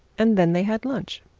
and then they had lunch,